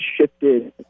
shifted